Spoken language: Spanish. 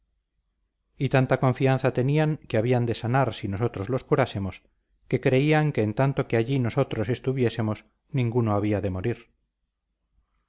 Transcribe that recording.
y tanta confianza tenían que habían de sanar si nosotros los curásemos que creían que en tanto que allí nosotros estuviésemos ninguno había de morir